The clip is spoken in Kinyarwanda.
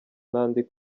n’andi